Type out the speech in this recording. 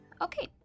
Okay